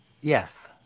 Yes